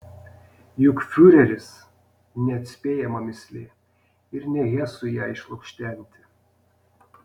juk fiureris neatspėjama mįslė ir ne hesui ją išlukštenti